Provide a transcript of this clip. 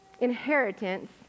inheritance